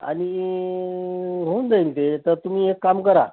आणि होऊन जाईल ते तर तुम्ही एक काम करा